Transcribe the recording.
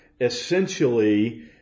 essentially